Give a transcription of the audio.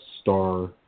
star